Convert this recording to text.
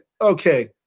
okay